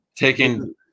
Taking